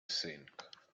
think